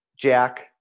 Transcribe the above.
Jack